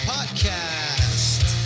Podcast